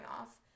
off